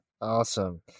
Awesome